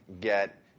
get